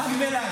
רק בלייב.